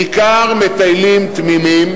בעיקר מטיילים תמימים,